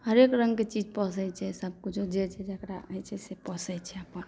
हरेक रङ्गके चीज पोसै छै सब कुछो जे छै जकरा रहै छै से पोसै छै अपन